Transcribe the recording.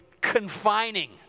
confining